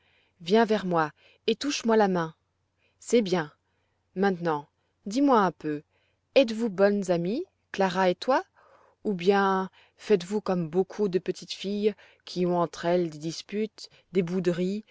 viens vers moi et touche moi la main c'est bien maintenant dis-moi un peu êtes-vous bonnes amies clara et toi ou bien faites-vous comme beaucoup de petites filles qui ont entre elles des disputes des bouderies